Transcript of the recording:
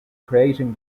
creating